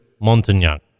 Montagnac